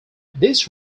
this